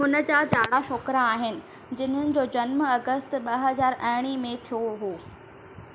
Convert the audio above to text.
हुन जा जाड़ा छोकिरा आहिनि जिन्हनि जो जनमु अगस्त ॿ हज़ार अरिड़हं में थियो हो